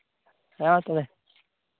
ᱦᱮᱸ ᱛᱚᱵᱮ